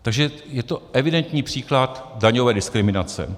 Takže je to evidentní příklad daňové diskriminace.